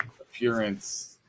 appearance